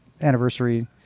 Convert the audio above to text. anniversary